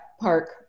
Park